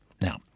Now